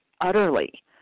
utterly